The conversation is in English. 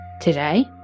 today